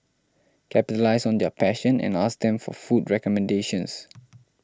capitalise on their passion and ask them for food recommendations